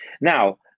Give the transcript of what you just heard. Now